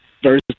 versus